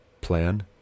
plan